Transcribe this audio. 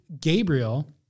Gabriel